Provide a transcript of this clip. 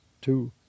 two